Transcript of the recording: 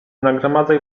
nagromadzaj